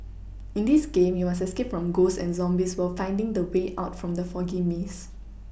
in this game you must escape from ghosts and zombies while finding the way out from the foggy maze